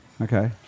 Okay